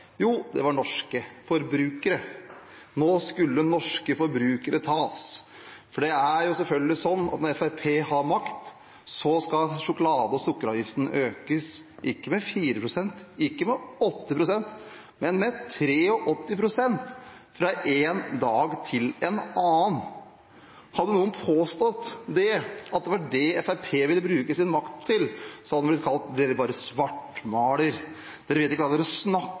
Jo, det var norske forbrukere, nå skulle norske forbrukere tas. For det er selvfølgelig slik at når Fremskrittspartiet har makt, skal sjokolade- og sukkeravgiften økes, ikke med 4 pst., ikke med 8 pst., men med 83 pst. fra en dag til en annen. Hadde noen påstått at det var det Fremskrittspartiet ville bruke sin makt til, hadde de blitt kalt svartmalere og fått høre at de ikke visste hva